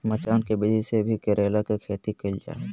मचान के विधि से भी करेला के खेती कैल जा हय